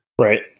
right